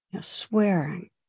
Swearing